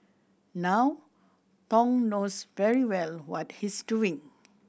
now Thong knows very well what he's doing